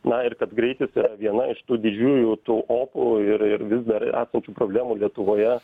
na ir kad greitis viena iš tų didžiųjų tų opų ir ir vis dar esančių problemų lietuvoje